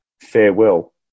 farewell